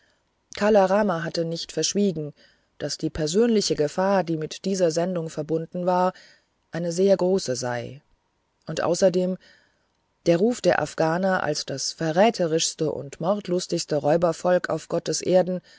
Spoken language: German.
kala rama hatte nicht verschwiegen daß die persönliche gefahr die mit dieser sendung verbunden war eine sehr große sei und außerdem der ruf der afghaner als das verräterischste und mordlustigste räubervolk auf gottes erden